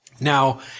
Now